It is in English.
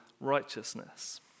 righteousness